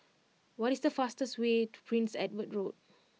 what is the fastest way to Prince Edward Road